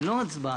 לא הצבעה.